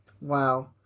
Wow